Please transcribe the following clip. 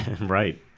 Right